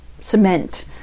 cement